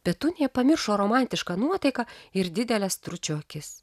petunija pamiršo romantišką nuotaiką ir dideles stručio akis